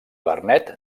vernet